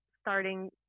starting